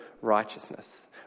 righteousness